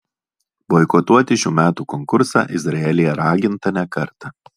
boikotuoti šių metų konkursą izraelyje raginta ne kartą